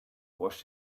wash